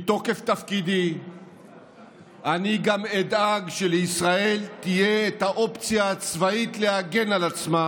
מתוקף תפקידי אני גם אדאג שלישראל תהיה האופציה הצבאית להגן על עצמה,